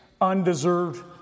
undeserved